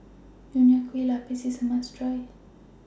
Nonya Kueh Lapis IS A must Try